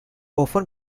often